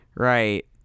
Right